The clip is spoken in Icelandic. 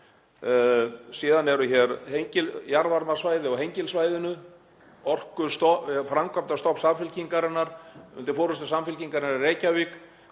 Síðan eru hér jarðvarmasvæði á Hengilssvæðinu, framkvæmdastopp Samfylkingarinnar undir forystu Samfylkingarinnar í Reykjavík